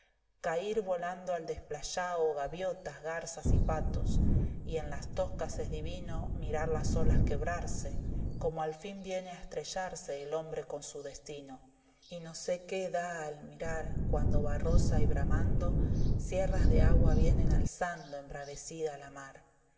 cair volando al desplayao gabiotas garzas y patos y en las toscas es divino mirar las olas quebrarse como al fin viene a estrellarse el hombre con su destino y no sé qué da el mirar cuando barrosa y bramando b dex campo sierras de agua viene alzando embravecida la mar